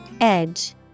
Edge